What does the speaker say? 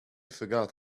forgot